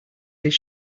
this